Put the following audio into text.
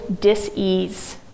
dis-ease